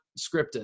scripted